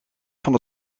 vond